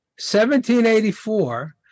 1784